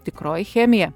tikroji chemija